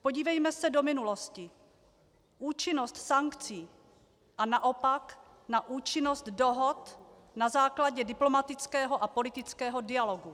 Podívejme se do minulosti na účinnost sankcí a naopak na účinnost dohod na základě diplomatického a politického dialogu.